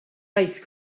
ice